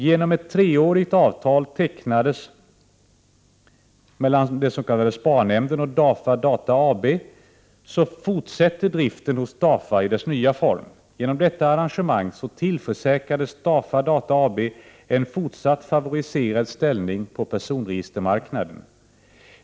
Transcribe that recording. Genom att ett treårigt avtal tecknades mellan den s.k. sparnämnden och DAFA Data AB fortsätter driften nu hos DAFA i dess nya form. Genom detta arrangemang tillförsäkras DAFA Data AB en fortsatt favoriserad ställning på personregistermarknaden.